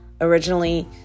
originally